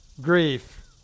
grief